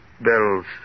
Bells